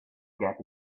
gap